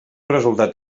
resultat